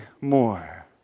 more